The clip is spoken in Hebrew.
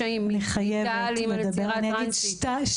אמא לטרנסית